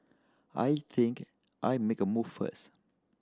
I think I'll make a move first